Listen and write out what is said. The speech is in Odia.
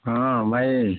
ହଁ ଭାଇ